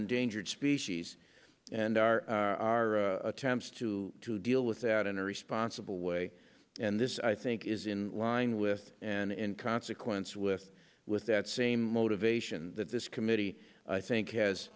endangered species and are our attempts to deal with that in a responsible way and this i think is in line with and in consequence with with that same motivation that this committee i think has